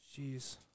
Jeez